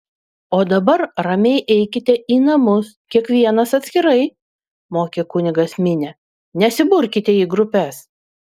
o dabar ramiai eikite į namus kiekvienas atskirai mokė kunigas minią nesiburkite į grupes